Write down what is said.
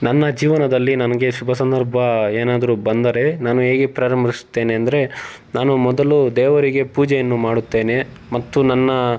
ನನ್ನ ಜೀವನದಲ್ಲಿ ನನಗೆ ಶುಭ ಸಂದರ್ಭ ಏನಾದ್ರೂ ಬಂದರೆ ನಾನು ಹೇಗೆ ಪ್ರಾರಂಭಿಸ್ತೇನೆ ಅಂದರೆ ನಾನು ಮೊದಲು ದೇವರಿಗೆ ಪೂಜೆಯನ್ನು ಮಾಡುತ್ತೇನೆ ಮತ್ತು ನನ್ನ